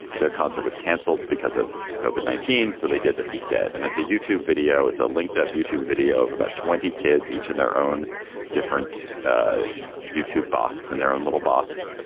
their concert was canceled because of kove at nineteen. so they did this instead. and it's a youtube video. it's linked up youtube video of about twenty kids each in their own different ah youtube box and their own little box.